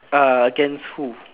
err against who